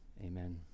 amen